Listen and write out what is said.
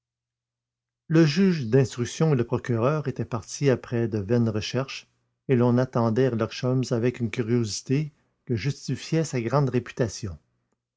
le juge d'instruction et le procureur étaient partis après de vaines recherches et l'on attendait herlock sholmès avec une curiosité que justifiait sa grande réputation